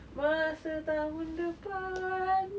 masa tahun depan